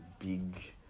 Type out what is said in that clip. big